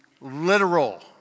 literal